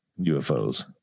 UFOs